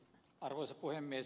arvoisa puhemies